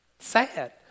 Sad